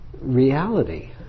Reality